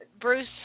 Bruce